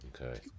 okay